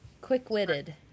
quick-witted